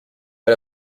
pas